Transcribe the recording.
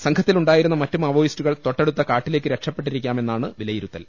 സംഘത്തിലുണ്ടായിരുന്ന മറ്റു മാവോയിസ്റ്റുകൾ തൊട്ടടുത്ത കാട്ടിലേക്ക് രക്ഷപ്പെട്ടിരിക്കാമെന്നാണ് വിലയിരുത്തൽ